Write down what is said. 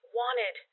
wanted